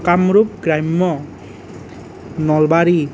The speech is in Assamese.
কামৰূপ গ্ৰাম্য় নলবাৰী